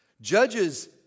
Judges